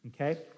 okay